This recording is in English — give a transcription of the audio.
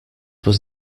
was